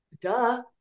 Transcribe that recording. duh